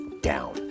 down